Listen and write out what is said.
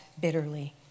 bitterly